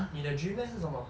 你的 dream leh 是什么